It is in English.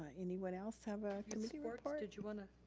ah anyone else have a committee report? ah did you wanna?